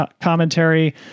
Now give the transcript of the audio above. commentary